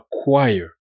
acquire